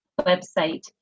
website